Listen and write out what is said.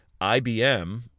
IBM